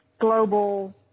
global